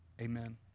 amen